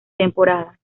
temporada